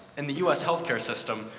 in the us health-care system,